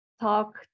talk